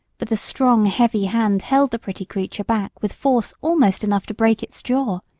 but the strong, heavy hand held the pretty creature back with force almost enough to break its jaw,